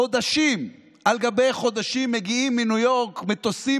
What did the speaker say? חודשים אחרי חודשים מגיעים מניו יורק מטוסים